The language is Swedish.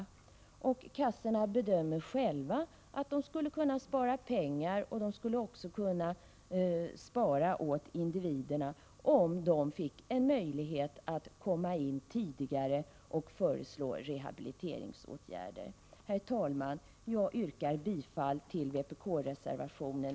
Kassorna bedömer själva att de skulle kunna spara pengar — även åt individerna — om de fick en möjlighet att komma in tidigare och föreslå rehabiliteringsåtgärder. Herr talman! Jag yrkar bifall till vpk-reservationen.